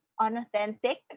unauthentic